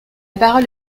parole